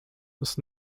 was